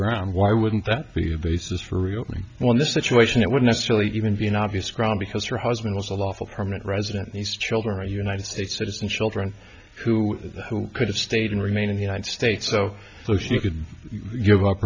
crown why wouldn't that be a basis for reopening when this situation it would necessarily even be an obvious crime because her husband was a lawful permanent resident these children are united states citizen children who who could have stayed and remain in the united states so you could give up